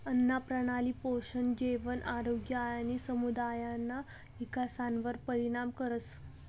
आन्नप्रणाली पोषण, जेवण, आरोग्य आणि समुदायना इकासवर परिणाम करस